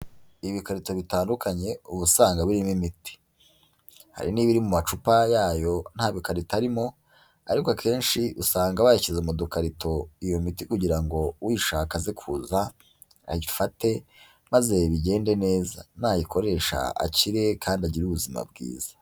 Ibikarito bitandukanye uba usanga birimo imiti, hari n'ibiri mu macupa yayo nta bikarito arimo ariko akenshi usanga bayishyize mu dukarito iyo miti kugira ngo uyishaka aze kuza ayifate maze bigende neza, nayikoresha akire kandi agire ubuzima bwiza.